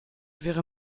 wäre